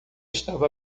estava